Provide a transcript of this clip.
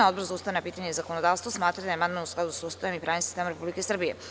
Odbor za ustavna pitanja i zakonodavstvo smatra da je amandman u skladu sa Ustavom i pravnim sistemom Republike Srbije.